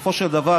בסופו של דבר,